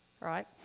right